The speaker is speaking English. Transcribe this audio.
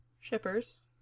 shippers